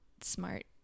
smart